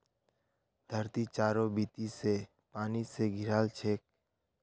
धरती चारों बीती स पानी स घेराल छेक